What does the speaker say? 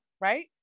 right